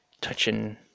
touching